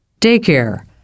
Daycare